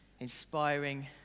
Inspiring